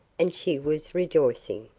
and she was rejoicing.